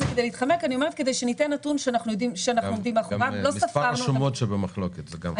מדובר כאן בסיטואציה מאוד מאוד חריגה,